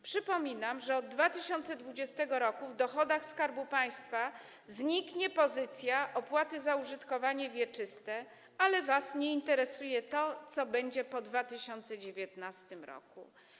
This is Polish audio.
Przypominam, że od 2020 r. w dochodach Skarbu Państwa zniknie pozycja: opłaty za użytkowanie wieczyste, ale was nie interesuje to, co będzie po 2019 r.